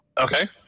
Okay